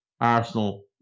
Arsenal